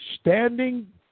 standing